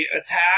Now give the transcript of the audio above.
attack